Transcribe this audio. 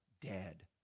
dead